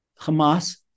Hamas